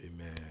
Amen